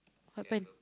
what happen